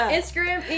Instagram